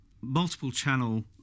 multiple-channel